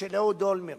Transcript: ושל אהוד אולמרט